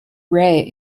rare